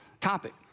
topic